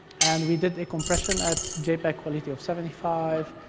and we did a compression at jpeg quality of seventy five,